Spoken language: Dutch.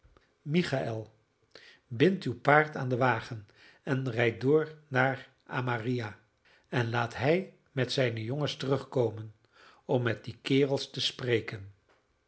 michael bind uw paard aan den wagen en rijd door naar amariah en laat hij met zijne jongens terugkomen om met die kerels te spreken